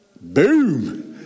boom